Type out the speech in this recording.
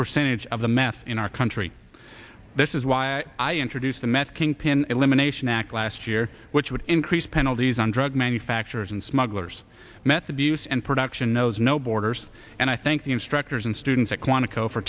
percentage of the meth in our country this is why i introduced the meth kingpin elimination act last year which would increase penalties on drug manufacturers and smugglers method use and production knows no borders and i think the instructors and students at quantico for